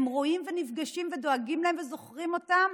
והם רואים ונפגשים, ודואגים להם וזוכרים אותם,